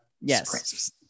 Yes